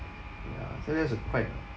ya so that's a quite